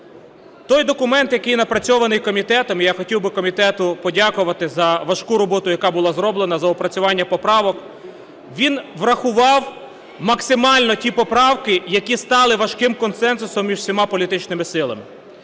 Той документ, який напрацьований комітетом, я хотів би комітету подякувати за важку роботу, яка була зроблена з опрацювання поправок, він врахував максимально ті поправки, які стали важким консенсусом між всіма політичними силами.